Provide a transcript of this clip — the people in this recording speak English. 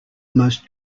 most